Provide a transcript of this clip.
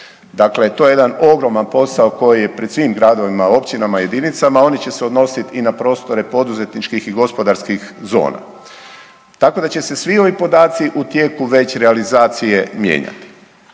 Dakle to je jedan ogroman posao koji je pred svim gradovima, općinama, jedinicama oni će se odnosit i na prostore poduzetničkih i gospodarskih zona, tako da će se svi ovi podaci u tijeku veće realizacije mijenjati.